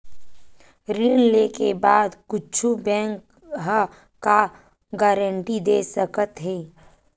ऋण लेके बाद कुछु बैंक ह का गारेंटी दे सकत हे?